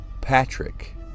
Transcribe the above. Patrick